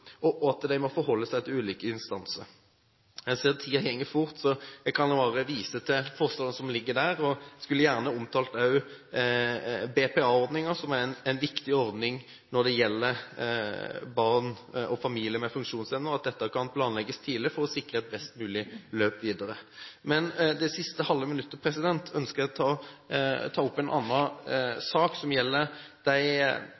funksjonshemmede og de pårørendes situasjon ved at de må forholde seg til ulike instanser. Jeg ser at tiden går fort, så jeg kan bare vise til forslaget som ligger der, og skulle gjerne omtalt også BPA-ordningen, som er en viktig ordning når det gjelder familier med funksjonshemmede barn, og at dette kan planlegges tidlig for å sikre et best mulig løp videre. På det siste halve minuttet ønsker jeg å ta opp en